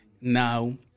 Now